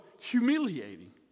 humiliating